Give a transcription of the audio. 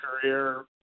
career